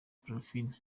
parfine